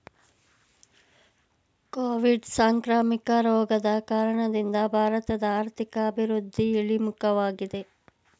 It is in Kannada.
ಕೋವಿಡ್ ಸಾಂಕ್ರಾಮಿಕ ರೋಗದ ಕಾರಣದಿಂದ ಭಾರತದ ಆರ್ಥಿಕ ಅಭಿವೃದ್ಧಿ ಇಳಿಮುಖವಾಗಿದೆ